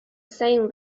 same